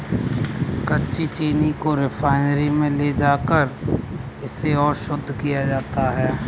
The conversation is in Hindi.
कच्ची चीनी को रिफाइनरी में ले जाकर इसे और शुद्ध किया जाता है